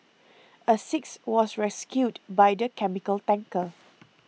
a sixth was rescued by the chemical tanker